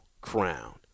Crown